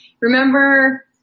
remember –